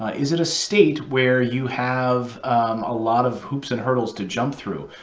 ah is it a state where you have a lot of hoops and hurdles to jump through,